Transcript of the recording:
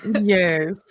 Yes